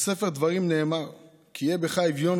בספר דברים נאמר: "כי יהיה בך אביון,